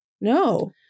No